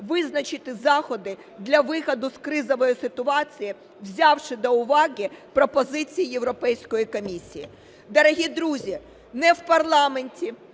визначити заходи для виходу з кризової ситуації, взявши до уваги пропозиції Європейської комісії. Дорогі друзі, ні в парламенті,